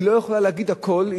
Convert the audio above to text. היא לא יכולה להגיד הכול,